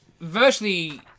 virtually